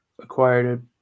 acquired